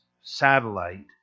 satellite